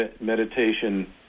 meditation